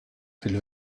fil